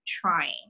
trying